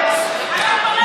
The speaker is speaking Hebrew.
חברים,